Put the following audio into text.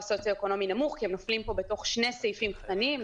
סוציו-אקונומי נמוך כי הם נופלים פה בתוך שתי פסקאות משנה.